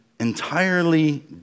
entirely